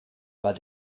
war